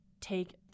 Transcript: take